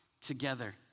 together